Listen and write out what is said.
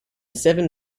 seven